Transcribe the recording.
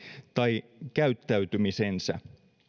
tai käyttäytymisensä